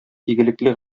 игелекле